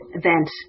event